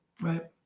Right